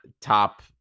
top